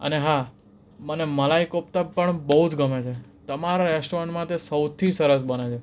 અને હા મને મલાઈ કોફતા પણ બહુ જ ગમે છે તમારા રેસ્ટોરન્ટમાં તે સૌથી સરસ બને છે